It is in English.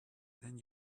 than